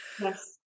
Yes